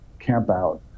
campout